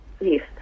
yes